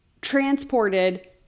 transported